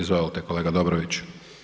Izvolite kolega Dobrović.